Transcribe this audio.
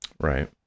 Right